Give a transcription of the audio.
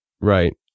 Right